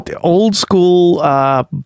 old-school